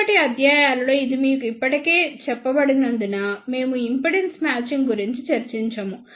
మునుపటి అధ్యాయాలలో ఇది మీకు ఇప్పటికే చెప్పబడినందున మేము ఇంపెడెన్స్ మ్యాచింగ్ గురించి చర్చించము